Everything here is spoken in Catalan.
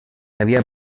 havia